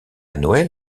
noël